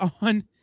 on